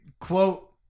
quote